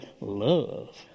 love